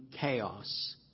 chaos